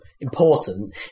important